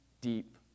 deep